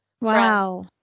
Wow